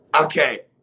Okay